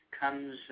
comes